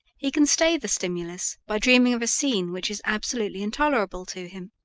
he can stay the stimulus by dreaming of a scene which is absolutely intolerable to him.